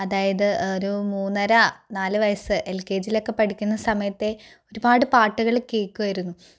അതായത് ഒരു മൂന്നര നാല് വയസ്സ് എൽ കെ ജി യിൽ ഒക്കെ പഠിക്കുന്ന സമയത്തെ ഒരുപാട് പാട്ടുകൾ കേൾക്കുവായിരുന്നു